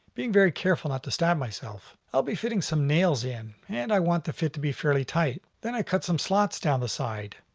being very careful not to stab myself. i'll be fitting some nails in and i want the fit to be fairly tight. then i cut slots down the side.